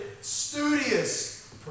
studious